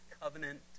covenant